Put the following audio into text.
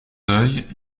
deuil